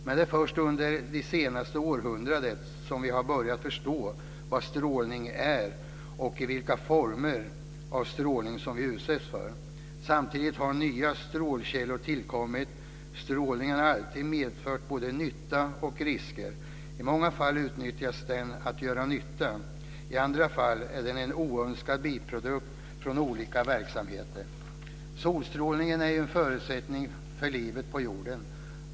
Men det är först under det senaste århundradet som vi har börjat förstå vad strålning är och vilka former av strålning som vi utsätts för. Samtidigt har nya strålkällor tillkommit. Strålningen har alltid medfört både nytta och risker. I många fall utnyttjas den till att göra nytta. I andra fall är den en oönskad biprodukt från olika verksamheter. Solstrålningen är en förutsättning för livet på jorden.